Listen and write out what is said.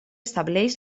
estableix